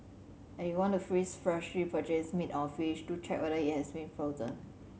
and if you want to freeze freshly purchased meat or fish do check whether it has been frozen